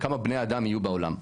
וכמה בני אדם יהיו בעולם,